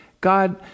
God